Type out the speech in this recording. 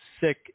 sick